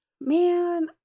Man